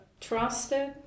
trusted